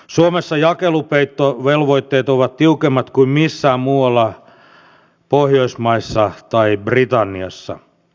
suomessa jakelupeittovelvoitteet ovat tiukemmat kuin missään muualla pohjoismaissa tai britanniassa